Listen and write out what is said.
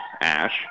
Ash